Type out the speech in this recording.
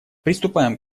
приступаем